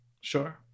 sure